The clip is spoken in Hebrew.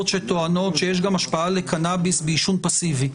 שטוענות שיש גם השפעה לקנאביס בעישון פסיבי.